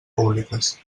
públiques